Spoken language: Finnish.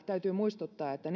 täytyy muistuttaa että